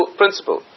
principle